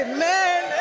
Amen